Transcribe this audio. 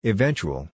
Eventual